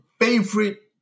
favorite